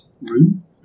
room